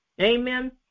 Amen